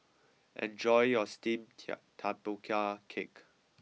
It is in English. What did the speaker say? enjoy your Steamed Tapioca Cake